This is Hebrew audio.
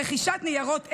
רכישת ניירות ערך,